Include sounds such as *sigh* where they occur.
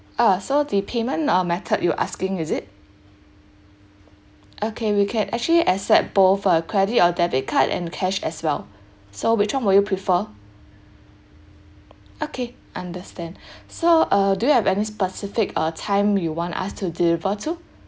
ah so the payment uh method you're asking is it okay we can actually accept both uh credit or debit card and cash as well *breath* so which one will you prefer okay understand *breath* so uh do you have any specific uh time you want us to deliver to